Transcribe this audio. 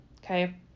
Okay